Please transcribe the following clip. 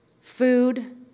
Food